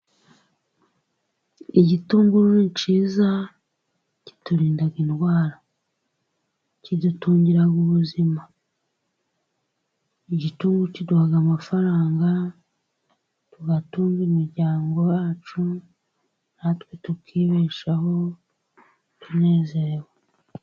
Igitunguru ni cyiza kiturinda indwara kidutungira ubuzima, igitu kiduha amafaranga tugatunga imiryango yacu natwe tukibeshaho tunezerewe.